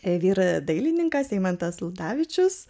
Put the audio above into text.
dailininkas eimantas ludavičius